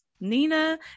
nina